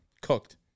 cooked